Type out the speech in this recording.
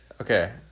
Okay